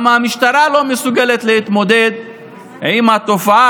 או למה המשטרה לא מסוגלת להתמודד עם התופעה